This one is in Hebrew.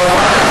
תודה רבה.